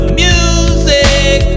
music